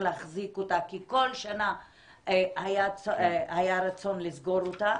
להחזיק אותה כי כל שנה היה רצון לסגור אותה.